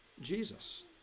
Jesus